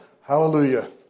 Hallelujah